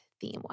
theme